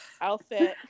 outfit